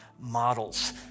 models